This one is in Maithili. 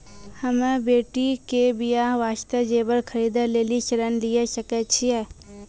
हम्मे बेटी के बियाह वास्ते जेबर खरीदे लेली ऋण लिये सकय छियै?